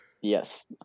Yes